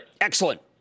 Excellent